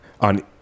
on